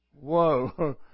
Whoa